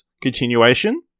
continuation